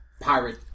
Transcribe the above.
pirate